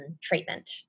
treatment